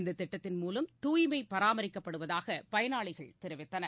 இந்த திட்டத்தின் மூலம் தூய்மை பராமரிக்கப்படுவதாக பயனாளிகள் தெரிவித்தனர்